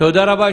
תודה רבה.